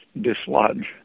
dislodge